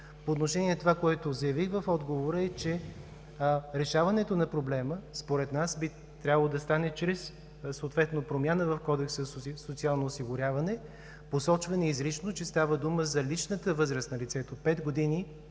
отношение на това, което заявих в отговора, е, че решаването на проблема според нас би трябвало да стане чрез съответно промяна в Кодекса за социално осигуряване с посочване изрично, че става дума за личната възраст на лицето – пет години,